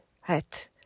hat